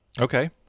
okay